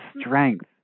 strength